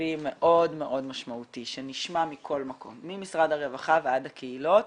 תקציבי מאוד מאוד משמעותי שנשמע מכל מקום ממשרד הרווחה ועד הקהילות,